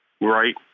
right